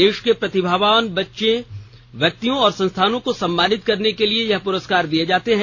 देश के प्रतिभावान बच्चों व्यक्तियों और संस्थानों को सम्मानित करने के लिए यह पुरस्कार दिए जाते हैं